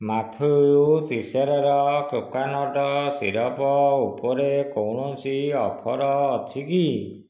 Matthew ତିଶେଅର୍ର coconut syrup ଉପରେ କୌଣସି ଅଫର୍ ଅଛି କି